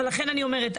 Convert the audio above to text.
ולכן אני אומרת,